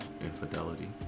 infidelity